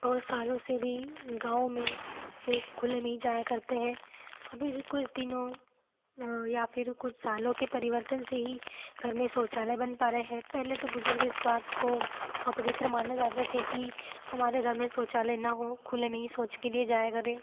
बहुत सालों से भी गाँव में शौच खुले में ही जाया करते है अभी कुछ दिनों या फिर कुछ सालों के परिवर्तन से ही घर में शौचालय बन पा रहे हैं पहले तो बुजुर्ग इस बात को अपवित्र मानना चाहते थे कि हमारे घर में शौचालय ना हो खुले में ही शौच के लिए जाया करें